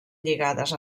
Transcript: lligades